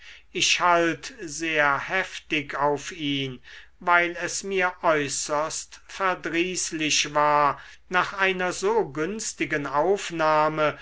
ich schalt sehr heftig auf ihn weil es mir äußerst verdrießlich war nach einer so günstigen aufnahme